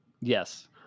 yes